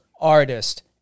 artist